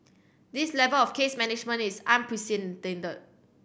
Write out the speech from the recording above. this level of case management is unprecedented